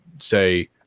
say